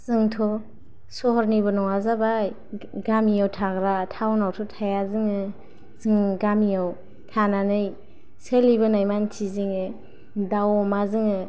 जोंथ' सहरनिबो नङा जाबाय गामियाव थाग्रा टाउनावथ' थाया जोङो जों गामियाव थानानै सोलिबोनाय मानसि जोङो दाउ अमा जोङो